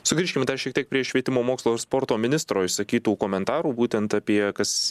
suvgrįžkim dar šiek tiek prie švietimo mokslo ir sporto ministro išsakytų komentarų būtent apie kas